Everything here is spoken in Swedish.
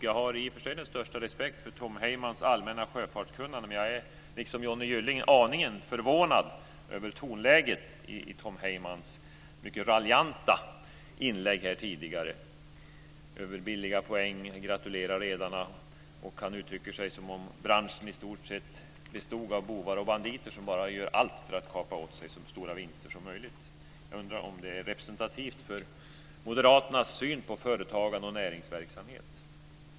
Jag har i och för sig den största respekt för Tom Heymans allmänna sjöfartskunnande, men jag är liksom Johnny Gylling aningen förvånad över tonläget i Tom Heymans mycket raljanta inlägg tidigare - med billiga poäng, gratulerar redarna och menar att branschen i stort sett består av bovar och banditer som gör allt för att kapa åt sig så stora vinster som möjligt. Jag undrar om det är representativt för moderaternas syn på företagande och näringsverksamhet.